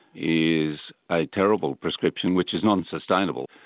is a terrible prescription which is non-sustainable.